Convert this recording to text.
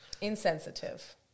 Insensitive